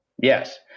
Yes